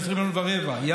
12 מיליון ו-250,000,